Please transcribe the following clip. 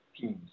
teams